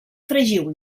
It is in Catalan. fregiu